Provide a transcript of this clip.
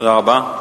תודה רבה.